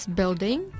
building